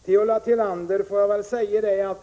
Herr talman! Till Ulla Tillander vill jag säga att